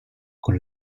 con